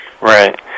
Right